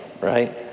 right